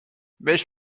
بهش